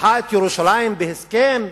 סיפחה את ירושלים בהסכם?